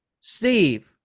Steve